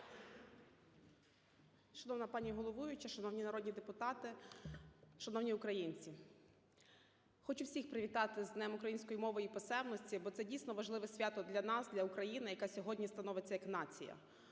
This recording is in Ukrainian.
Шановна пані головуюча, шановні народні депутати, шановні українці, хочу всіх привітати з Днем української мови і писемності, бо це дійсно важливе свято для нас, для України, яка сьогодні становиться як нація.